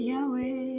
Yahweh